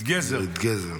את גזר.